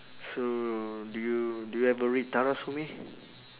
so do you do you ever read tara sue me